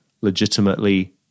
legitimately